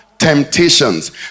Temptations